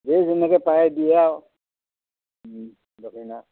যিয়ে যেনেকৈ পাৰে দিয়ে আৰু দক্ষিণা